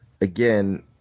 again